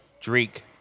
Drake